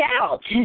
out